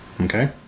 okay